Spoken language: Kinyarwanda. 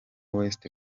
west